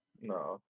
no